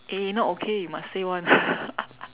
eh not okay you must say [one]